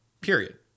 period